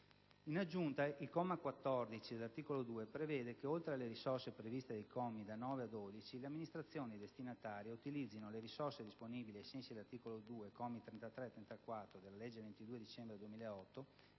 In aggiunta, il comma 14 dell'articolo 2 prevede che, oltre alle risorse previste dai commi da 9 a 12, le amministrazioni destinatarie utilizzino le risorse disponibili ai sensi dell'articolo 2, commi 33 e 34, della legge 22 dicembre 2008,